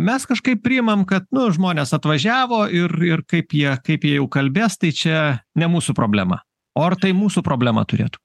mes kažkaip priimam kad nu žmonės atvažiavo ir ir kaip jie kaip jie jau kalbės tai čia ne mūsų problema o ar tai mūsų problema turėtų